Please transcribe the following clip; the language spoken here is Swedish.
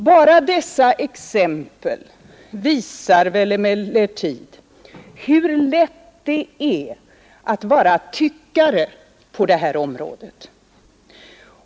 Bara dessa exempel visar emellertid hur lätt det är att vara tyckare på detta område.